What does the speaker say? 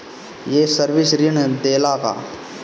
ये सर्विस ऋण देला का?